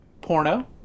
Porno